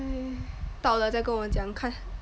到了再跟我讲看